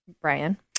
Brian